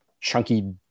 chunky